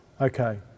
Okay